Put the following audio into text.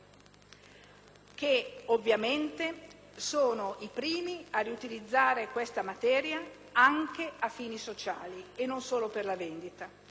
che, ovviamente, sono i primi a riutilizzare questa materia anche a fini sociali e non solo per la vendita.